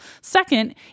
Second